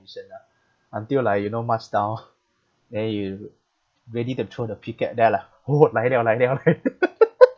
commision ah until like you know march down then you ready to throw the picket there lah !oho! lai liao lai liao lai liao